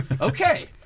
Okay